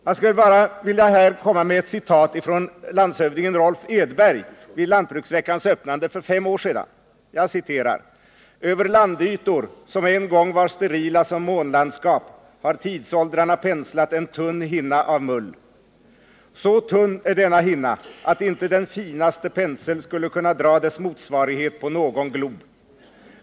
Jag vill här citera en del av det tal som landshövding Rolf Edberg höll vid lantbruksveckans öppnande för fem år sedan: ”Över landytor, som en gång var sterila som månlandskap, har tidsåldrarna penslat en tunn hinna av mull. Så tunn är denna hinna, att inte den finaste pensel skulle kunna dra dess motsvarighet på någon glob.